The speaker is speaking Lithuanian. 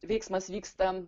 veiksmas vyksta